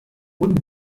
und